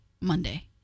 Monday